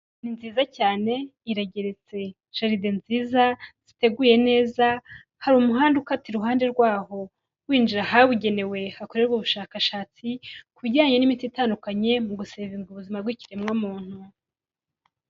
Ni nziza cyane, irageretse, jaride nziza, ziteguye neza, hari umuhanda ukata iruhande rwaho, winjira ahabugenewe hakorerwa ubushakashatsi ku bijyanye n'imiti itandukanye mugu sevinga ubuzima bw'ikiremwamuntu.